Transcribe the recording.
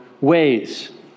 ways